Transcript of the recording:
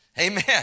amen